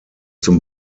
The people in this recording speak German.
zum